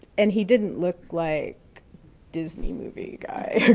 and he didn't look like disney movie guy,